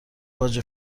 باجه